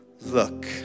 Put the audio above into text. look